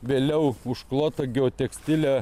vėliau užklota geotekstile